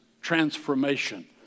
transformation